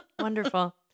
Wonderful